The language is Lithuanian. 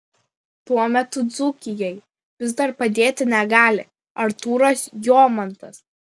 tuo metu dzūkijai vis dar padėti negali artūras jomantas